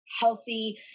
healthy